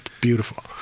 beautiful